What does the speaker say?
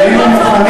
אין להם זכויות.